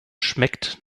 schmeckt